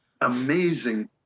amazing